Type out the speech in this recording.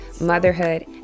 motherhood